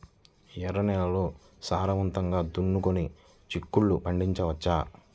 ఎర్ర నేలల్లో సారవంతంగా దున్నుకొని చిక్కుళ్ళు పండించవచ్చు